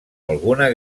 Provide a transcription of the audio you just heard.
alguna